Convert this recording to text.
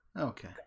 Okay